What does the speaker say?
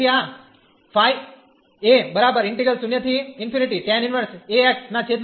તેથી આ છે